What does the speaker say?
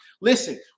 Listen